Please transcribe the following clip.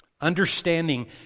understanding